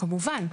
כמובן.